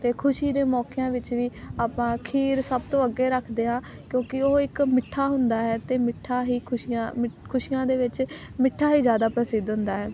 ਅਤੇ ਖੁਸ਼ੀ ਦੇ ਮੌਕਿਆਂ ਵਿੱਚ ਵੀ ਆਪਾਂ ਖੀਰ ਸਭ ਤੋਂ ਅੱਗੇ ਰੱਖਦੇ ਹਾਂ ਕਿਉਂਕਿ ਉਹ ਇੱਕ ਮਿੱਠਾ ਹੁੰਦਾ ਹੈ ਅਤੇ ਮਿੱਠਾ ਹੀ ਖੁਸ਼ੀਆਂ ਮ ਖੁਸ਼ੀਆਂ ਦੇ ਵਿੱਚ ਮਿੱਠਾ ਹੀ ਜ਼ਿਆਦਾ ਪ੍ਰਸਿੱਧ ਹੁੰਦਾ ਹੈ